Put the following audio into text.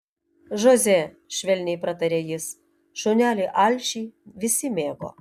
žoze švelniai prataria jis šunelį alšį visi mėgo